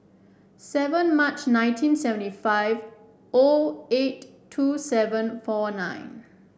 seven March nineteen seventy five O eight two seven four nine